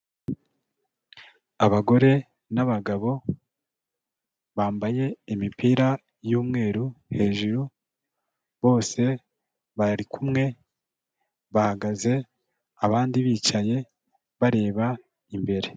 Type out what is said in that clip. Abagore n'abagabo bambaye imipira y'umweru hejuru, bose bari kumwe bahagaze abandi bicaye bareba imbere.